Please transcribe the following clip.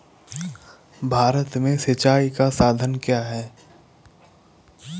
भारत में सिंचाई के साधन क्या है?